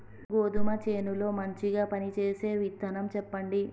గోధుమ చేను లో మంచిగా పనిచేసే విత్తనం చెప్పండి?